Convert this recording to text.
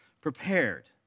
prepared